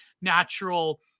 natural